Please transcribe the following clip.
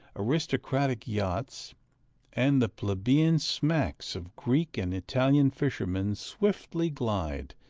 aristocratic yachts and the plebeian smacks of greek and italian fishermen swiftly glide,